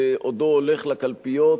בעודו הולך לקלפיות,